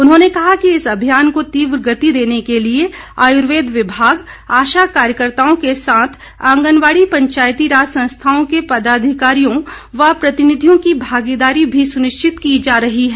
उन्होंने कहा इस अभियान को तीव्र गति देने के लिए आयुर्वेद विभाग आशा कार्यकर्ताओं के साथ आंगनबाड़ी पंचायती राज संस्थाओं के पदाधिकारियों व प्रतिनिधियों की भागीदारी भी सुनिश्चित की जा रही है